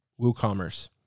WooCommerce